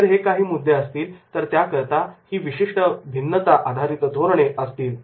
जर हे काही मुद्दे असतील तर त्या करता ही विशिष्ट भिन्नता आधारित धोरणे असतील